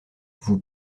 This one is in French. vous